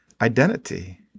identity